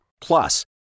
Plus